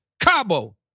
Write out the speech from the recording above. Cabo